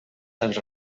tants